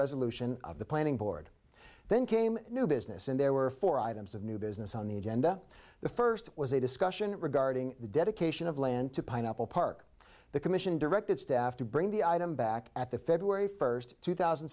resolution of the planning board then came new business and there were four items of new business on the agenda the first was a discussion regarding the dedication of land to pineapple park the commission directed staff to bring the item back at the february first two thousand